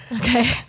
Okay